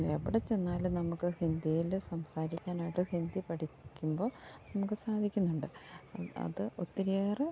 എവിടെ ചെന്നാലും നമുക്ക് ഹിന്ദിയിൽ സംസാരിക്കാനായിട്ട് ഹിന്ദി പഠിക്കുമ്പോൾ നമുക്ക് സാധിക്കുന്നുണ്ട് അത് ഒത്തിരിയേറെ